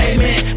Amen